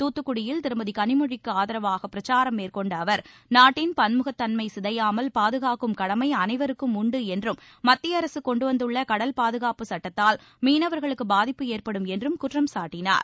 தூத்துக்குடியில் திருமதி கனிமொழிக்கு ஆதரவாக பிரச்சாரம் மேற்கொண்ட அவர் நாட்டின் பன்முக சிதையாமல் பாதுகாக்கும் கடமை அனைவருக்கும் உண்டு என்றும் மத்திய அரசு கன்மை கொன்டுவந்துள்ள கடல் பாதுகாப்பு சட்டத்தால் மீனவர்களுக்கு பாதிப்பு ஏற்படும் என்றும் குற்றம்சாட்டினார்